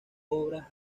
obras